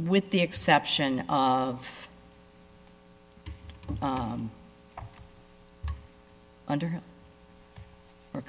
with the exception of under her